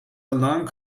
alarm